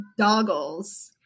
doggles